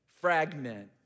Fragment